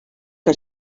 que